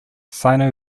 sino